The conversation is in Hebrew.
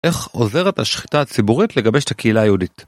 איך עוזרת השחיתה הציבורית לגבש את הקהילה היהודית?